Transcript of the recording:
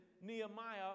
Nehemiah